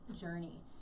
journey